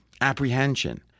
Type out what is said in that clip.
apprehension